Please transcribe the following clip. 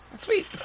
Sweet